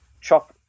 chop